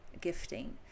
gifting